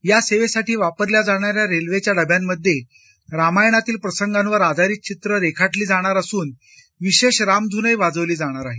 या सेवेसाठी वापरल्या जाणाऱ्या रेल्वेच्या डब्यांमध्ये रामायणातील प्रसंगांवर आधारित चित्र रेखाटली जाणार असून विशेष रामधूनही वाजवली जाणार आहे